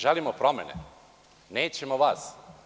Želimo promene, nećemo vas.